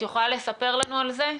את יכולה לספר לי על זה?